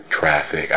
traffic